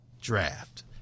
draft